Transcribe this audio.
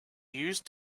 used